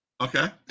Okay